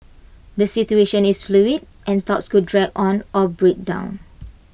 the situation is fluid and talks could drag on or break down